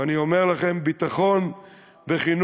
ואני אומר לכם: ביטחון וחינוך